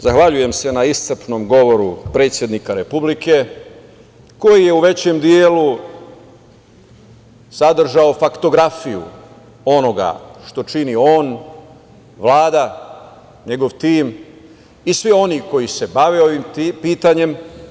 Zahvaljujem se na iscrpnom govoru predsednika Republike koji je u većem delu sadržao faktografiju onoga što čini on, Vlada, njegov tim i svi oni koji se bave pitanjem.